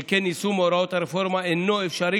שכן יישום הוראות הרפורמה אינו אפשרי